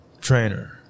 trainer